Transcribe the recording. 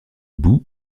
boue